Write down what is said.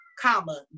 Comma